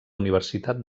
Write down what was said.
universitat